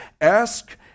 ask